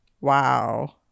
Wow